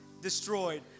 destroyed